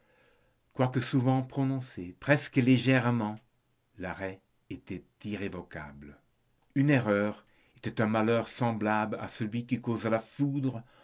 quoique souvent prononcé presque légèrement l'arrêt était irrévocable une erreur était un malheur semblable à celui que cause la foudre